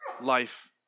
life